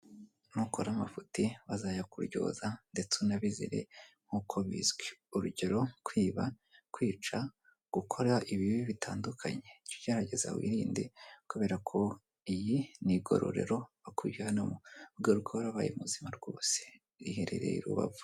Ni ukora amafuti bazayakuryoza ndetse unabizire nk'uko bizwi urugero, kwiba, kwica, gukora ibibi bitandukanye. Jya ugerageza wirinde kubera ko iyi ni igororero bakujyanamo ugaruka warabaye muzima rwose, iherereye i Rubavu.